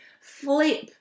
flip